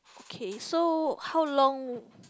okay so how long